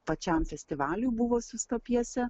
pačiam festivaliui buvo siųsta pjesė